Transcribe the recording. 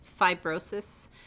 fibrosis